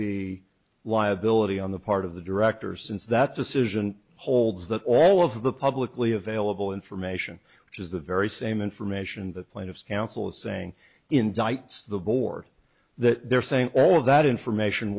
be liability on the part of the director since that decision holds that all of the publicly available information which is the very same information the plaintiff's counsel is saying indicts the board that they're saying all of that information